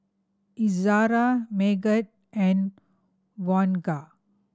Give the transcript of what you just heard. Izzara Megat and